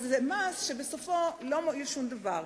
זה מס שבסופו של דבר לא מועיל לשום דבר.